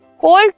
cold